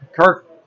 Kirk